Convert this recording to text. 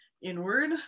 inward